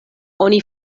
oni